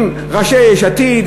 עם ראשי יש עתיד,